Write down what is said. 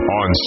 on